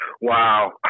wow